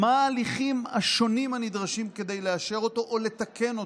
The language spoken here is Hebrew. מה ההליכים השונים הנדרשים כדי לאשר אותו או לתקן אותו,